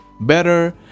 better